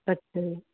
ਅੱਛਾ ਜੀ